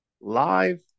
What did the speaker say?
live